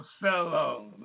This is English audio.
fellow